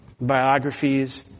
biographies